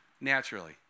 Naturally